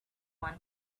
one